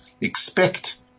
expect